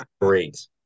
Great